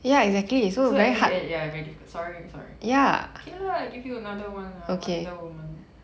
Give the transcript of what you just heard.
so ya it's very difficult sorry sorry okay lah I give you another one lah wonder woman